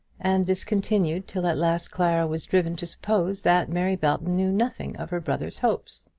and this continued till at last clara was driven to suppose that mary belton knew nothing of her brother's hopes.